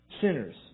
sinners